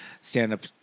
stand-up